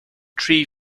tree